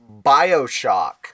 Bioshock